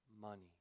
money